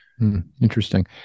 Interesting